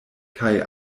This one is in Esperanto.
kaj